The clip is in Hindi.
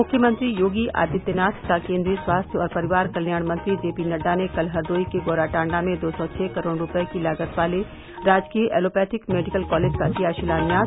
मुख्यमंत्री योगी आदित्यनाथ तथा केन्द्रीय स्वास्थ्य और परिवार कल्याण मंत्री जेपी नड्डा ने कल हरदोई के गौरा टांडा में दो सौ छह करोड़ रूपये की लागत वाले राजकीय एलोपैथिक मेडिकल कॉलेज का किया शिलान्यास